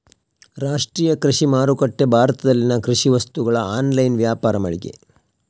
ರಾಷ್ಟ್ರೀಯ ಕೃಷಿ ಮಾರುಕಟ್ಟೆ ಭಾರತದಲ್ಲಿನ ಕೃಷಿ ವಸ್ತುಗಳ ಆನ್ಲೈನ್ ವ್ಯಾಪಾರ ಮಳಿಗೆ